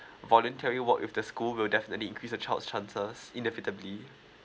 voluntary work with the school will definitely increase the child's chances inevitably